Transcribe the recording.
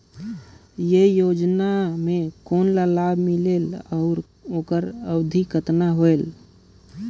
ये योजना मे कोन ला लाभ मिलेल और ओकर अवधी कतना होएल